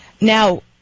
Now